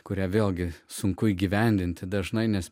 kurią vėlgi sunku įgyvendinti dažnai nes